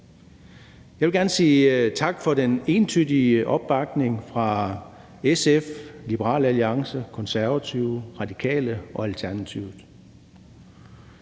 Jeg vil gerne sige tak for den entydige opbakning fra SF, Liberal Alliance, Konservative, Radikale Venstre og Alternativet.